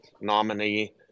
nominee